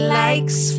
likes